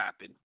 happen